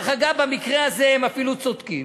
ודרך אגב, במקרה הזה הם אפילו צודקים.